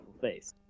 face